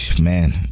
Man